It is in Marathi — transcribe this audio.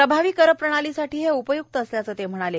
प्रभावी कर प्रणालीसाठी हे उपयुक्त असल्याचं ते म्हणाले